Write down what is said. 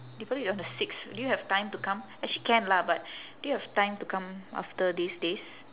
they put it on the six do you have time to come actually can lah but do you have time to come after these days